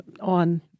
on